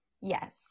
yes